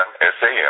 S-A-M